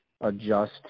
adjust